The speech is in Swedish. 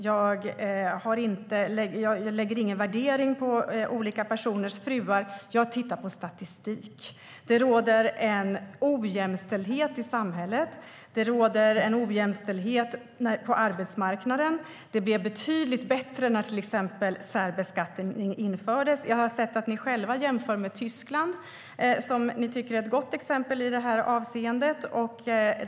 Jag lägger ingen värdering på olika personers fruar. Jag tittar på statistik. Det råder en ojämställdhet i samhället. Det råder en ojämställdhet på arbetsmarknaden. Det blev betydligt bättre när till exempel särbeskattning infördes. Jag har sett att ni själva jämför med Tyskland, som ni tycker är ett gott exempel i detta avseende.